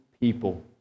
people